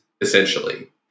essentially